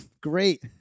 Great